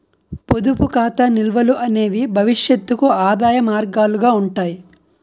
పొదుపు ఖాతా నిల్వలు అనేవి భవిష్యత్తుకు ఆదాయ మార్గాలుగా ఉంటాయి